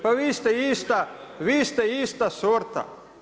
Pa vi ste ista, vi ste ista sorta.